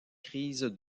crise